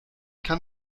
kann